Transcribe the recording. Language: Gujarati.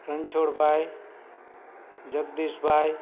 રણછોડભાઈ જગદીશભાઈ